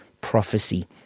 prophecy